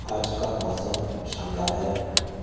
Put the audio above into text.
आज का मौसम शानदार है